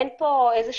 אין פה חזרה,